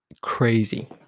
crazy